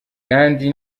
kandi